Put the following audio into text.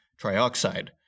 trioxide